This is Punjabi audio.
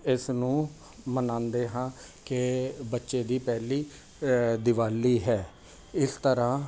ਇਸ ਨੂੰ ਮਨਾਉਂਦੇ ਹਾਂ ਕਿ ਬੱਚੇ ਦੀ ਪਹਿਲੀ ਦਿਵਾਲੀ ਹੈ ਇਸ ਤਰ੍ਹਾਂ